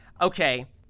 okay